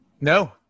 No